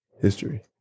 History